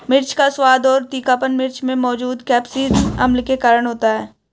मिर्च का स्वाद और तीखापन मिर्च में मौजूद कप्सिसिन अम्ल के कारण होता है